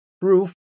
proof